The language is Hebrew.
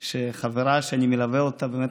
חברה שאני מלווה אותה באמת,